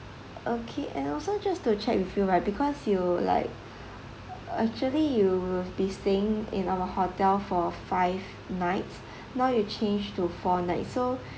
okay and also just to check with you right because you'll like actually you will be staying in our hotel for five nights now you change to four nights so